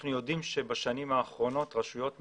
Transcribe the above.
אנחנו יודעים שבשנים האחרונות רשויות מקומיות,